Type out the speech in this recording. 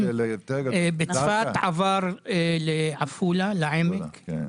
בצפת עבר לעפולה לעמק, סגן מנהל.